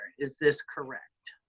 is this correct?